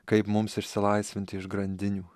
kaip mums išsilaisvinti iš grandinių